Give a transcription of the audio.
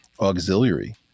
auxiliary